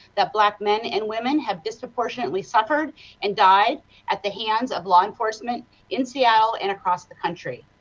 that black men and women have disproportionately suffered and died at the hands of law enforcement in seattle, and across the country.